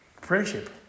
Friendship